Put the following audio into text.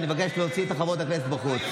אני מבקש להוציא את חברות הכנסת בחוץ.